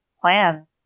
plan